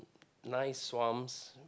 nice swamps